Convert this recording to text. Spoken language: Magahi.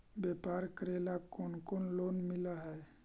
व्यापार करेला कौन कौन लोन मिल हइ?